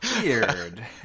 Weird